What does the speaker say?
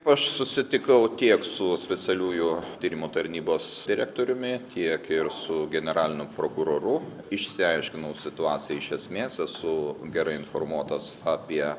aš susitikau tiek su specialiųjų tyrimų tarnybos direktoriumi tiek ir su generaliniu prokuroru išsiaiškinau situaciją iš esmės esu gerai informuotas apie